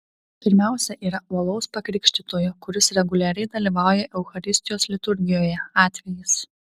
pirmiausia yra uolaus pakrikštytojo kuris reguliariai dalyvauja eucharistijos liturgijoje atvejis